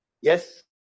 Yes